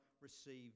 receive